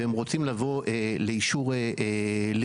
והם רוצים לבוא לאישור לרישום,